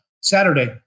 saturday